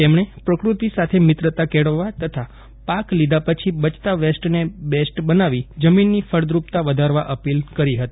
તેમણે પ્રકૃતિ સાથે મિત્રતા કેળવવા તથા પાક લીધા પછી બયતા વેસ્ટને બેસ્ટ બનાવી જમીનની ફળદ્રપતા વધારવા અપીલ કરી હતી